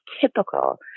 typical